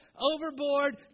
overboard